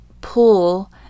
pull